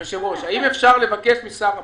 אדוני היושב-ראש, אם אפשר לבקש משר הפנים,